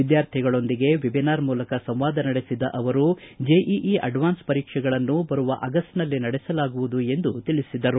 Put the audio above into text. ವಿದ್ಯಾರ್ಥಿಗಳೊಂದಿಗೆ ವೆಬಿನಾರ್ ಮೂಲಕ ಸಂವಾದ ನಡೆಸಿದ ಅವರು ಜೆಇಇ ಅಡ್ವಾನ್ಸ್ ಪರೀಕ್ಷೆಗಳನ್ನು ಬರುವ ಆಗಸ್ಟನಲ್ಲಿ ನಡೆಸಲಾಗುವುದು ಎಂದು ತಿಳಿಸಿದರು